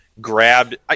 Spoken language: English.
grabbed